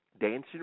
Dancing